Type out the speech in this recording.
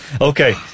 Okay